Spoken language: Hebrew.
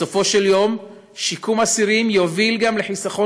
בסופו של יום שיקום אסירים יוביל גם לחיסכון